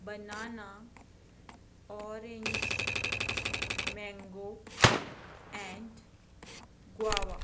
banana orange mango and guava